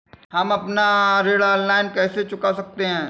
हम अपना ऋण ऑनलाइन कैसे चुका सकते हैं?